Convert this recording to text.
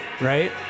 right